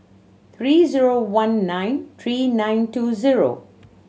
three zero one nine three nine two zero